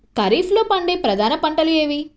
ఖరీఫ్లో పండే ప్రధాన పంటలు ఏవి?